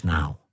Now